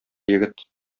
егет